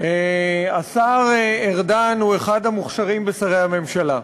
השר ארדן הוא אחד המוכשרים בשרי הממשלה.